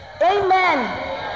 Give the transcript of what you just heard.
Amen